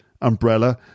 umbrella